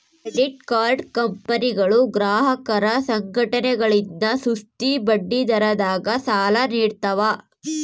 credit card ಕಂಪನಿಗಳು ಗ್ರಾಹಕರ ಸಂಘಟನೆಗಳಿಂದ ಸುಸ್ತಿ ಬಡ್ಡಿದರದಾಗ ಸಾಲ ನೀಡ್ತವ